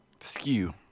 Skew